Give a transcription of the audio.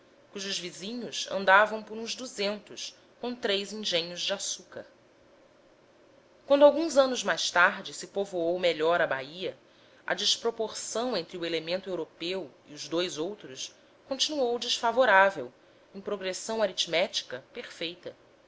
cujos vizinhos andavam por uns com engenhos de açúcar quando alguns anos mais tarde se povoou melhor a bahia a desproporção entre o elemento europeu e dos dous outros continuou desfavorável em progressão aritmética perfeita